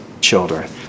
children